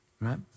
right